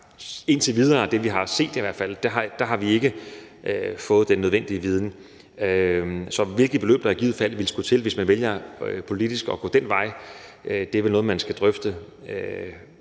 ud fra det, vi har set indtil videre, ikke fået den nødvendige viden. Så hvilket beløb der i givet fald ville skulle til, hvis man vælger politisk at gå den vej, er vel noget, man skal drøfte,